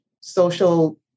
social